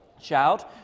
Shout